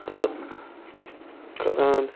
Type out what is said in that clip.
تہٕ کَران